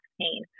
pain